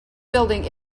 building